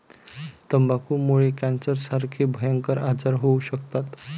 तंबाखूमुळे कॅन्सरसारखे भयंकर आजार होऊ शकतात